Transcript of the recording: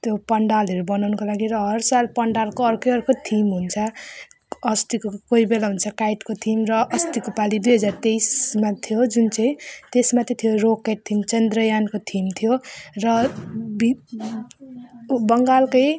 त्यो पन्डालहरू बनाउनको लागि र हर साल पन्डालको अर्को अर्को थिम हुन्छ अस्ति कोही बेला हुन्छ काइटको थिम र अस्तिको पालि दुई हजार तेइसमा थियो जुन चाहिँ त्यसमा चाहिँ थियो रकेट थिम चन्द्रयानको थिम थियो र बि बङ्गालकै